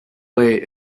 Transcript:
lay